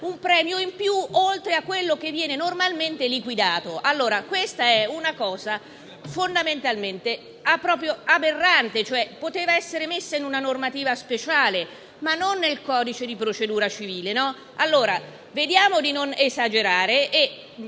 un premio in più oltre a quanto viene normalmente liquidato. Questa è una cosa fondamentalmente aberrante, nel senso che poteva essere inserita in una normativa speciale, ma non nel codice di procedura civile. Cerchiamo di non esagerare